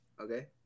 okay